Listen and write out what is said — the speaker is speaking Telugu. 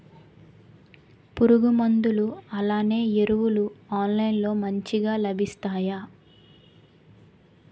పురుగు మందులు అలానే ఎరువులు ఆన్లైన్ లో మంచిగా లభిస్తాయ?